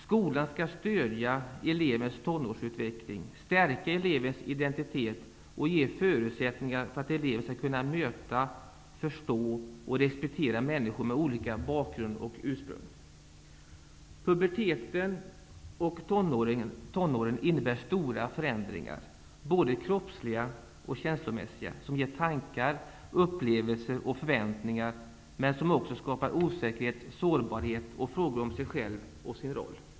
Skolan skall stödja elevens tonårsutveckling, stärka elevens identitet och ge förutsättningar för att eleven skall kunna möta, förstå och respektera människor med olika bakgrund och ursprung. Puberteten och tonåren innebär stora förändringar, både kroppsliga och känslomässiga, som ger tankar, upplevelser och förväntningar men som också skapar osäkerhet, sårbarhet och frågor hos ungdomarna om dem själva och deras roll.